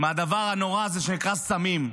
מהדבר הנורא הזה שנקרא סמים.